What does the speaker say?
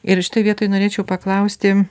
ir šitoj vietoj norėčiau paklausti